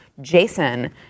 Jason